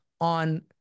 on